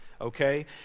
Okay